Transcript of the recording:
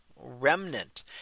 remnant